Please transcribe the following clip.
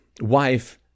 wife